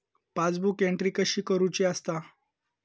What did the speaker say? Passbook entry कशी करुची असता?